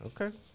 Okay